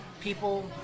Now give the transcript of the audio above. people